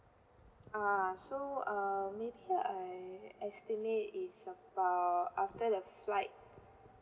ah so err maybe I estimate is about after the flight